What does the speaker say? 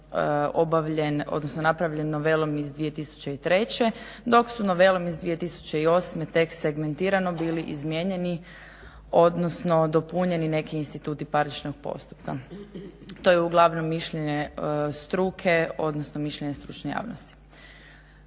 odnosno napravljen novelom iz 2003. dok su novelom iz 2008. tekst segmentirano bili izmijenili, odnosno dopunjeni neki instituti parničnog postupka. To je uglavnom mišljenje struke, odnosno mišljenje stručne javnosti.